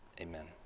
Amen